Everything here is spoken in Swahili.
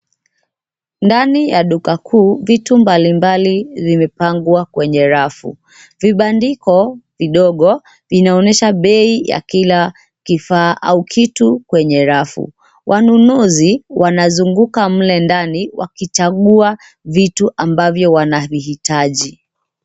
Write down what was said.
Ndani ya duka kuu vitu mbali mbali zimepangwa kwenye rafu, vibandiko vidogo vinaonyesha bei ya kila kifaa au kitu kwenye rafu. Wanunuzi wanazunguka mle ndani wakichagua vitu ambavyo wanavihitaji.